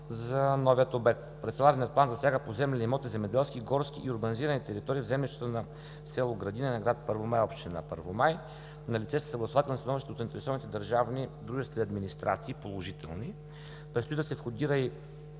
за новия обект. Парцеларният план засяга поземлени имоти – земеделски, горски и урбанизирани територии в землището на село Градина на град Първомай, община Първомай. Налице са съгласувателни становища от заинтересованите държавни дружества и администрации – положителни. Предстои да се входира и